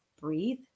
Breathe